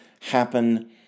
happen